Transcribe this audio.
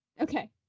okay